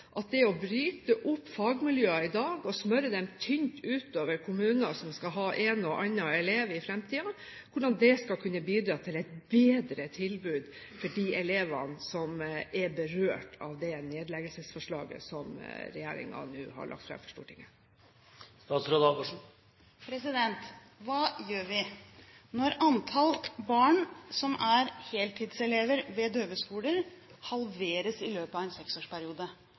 at det å bryte opp fagmiljøer i dag og smøre dem tynt utover kommuner som skal ha en og annen elev i fremtiden, skal kunne bidra til et bedre tilbud for de elevene som er berørt av det nedleggelsesforslaget som regjeringen nå har lagt fram for Stortinget. Hva gjør vi når antall barn som er heltidselever ved døveskoler, halveres i løpet av en seksårsperiode,